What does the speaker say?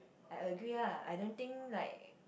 I agree ah I don't think like